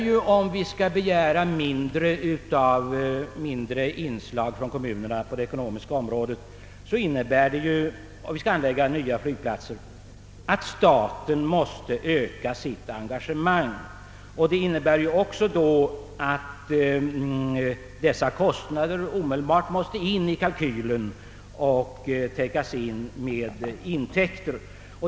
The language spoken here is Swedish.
Skall vi begära mindre och mindre anslag från kommunerna innebär det att staten måste öka sitt engagemang när nya flygplatser skall anläggas. Detta innebär också att dessa kostnader omedelbart måste räknas in i kalkylen och bestridas med intäkter.